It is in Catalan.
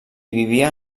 vivia